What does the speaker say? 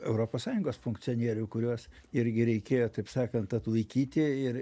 europos sąjungos funkcionierių kuriuos irgi reikėjo taip sakant atlaikyti ir